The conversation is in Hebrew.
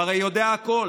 הוא הרי יודע הכול,